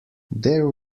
there